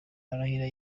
arahira